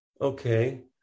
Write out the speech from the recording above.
Okay